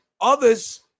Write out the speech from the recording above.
others